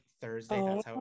Thursday